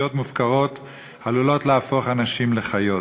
מופקרות עלולות להפוך אנשים לחיות.